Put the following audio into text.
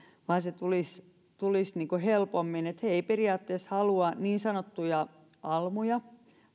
vaan se tulisi tulisi helpommin he eivät periaatteessa halua niin sanottuja almuja